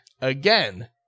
again